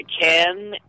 Ken